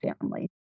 family